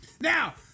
Now